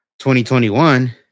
2021